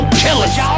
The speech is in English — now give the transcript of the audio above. killers